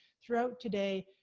throughout today,